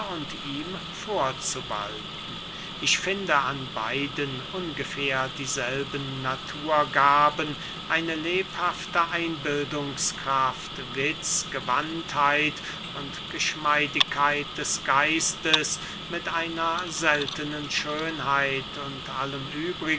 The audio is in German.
und ihm vorzuwalten ich finde an beiden ungefähr dieselben naturgaben eine lebhafte einbildungskraft witz gewandtheit und geschmeidigkeit des geistes mit einer seltnen schönheit und allem